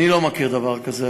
אני לא מכיר דבר כזה,